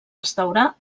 restaurar